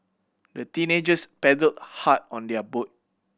the teenagers paddled hard on their boat